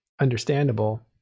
understandable